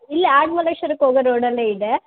ಇಲ್ಲೇ ಆಡು ಮಲ್ಲೇಶ್ವರಕ್ಕೆ ಹೋಗೋ ರೋಡಲ್ಲೇ ಇದೆ